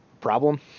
problem